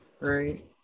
Right